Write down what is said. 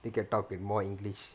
you can talk in more english